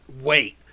wait